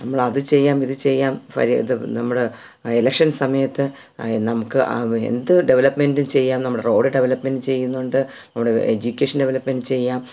നമളതു ചെയ്യാം ഇതു ചെയ്യാം ഫ ഇത് നമ്മൾ എലക്ഷൻ സമയത്ത് നമുക്ക് ആ എന്ത് ഡവലപ്മെണ്ടും ചെയ്യാം നമ്മുടെ റോഡ് ഡവലപ്മെൻ്റ് ചെയ്യുന്നുണ്ട് നമുടെ എജുക്കേഷൻ ഡവലപ്മെൻ്റ് ചെയ്യാം